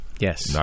Yes